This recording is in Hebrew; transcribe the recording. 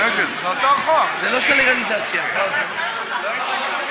חבר הכנסת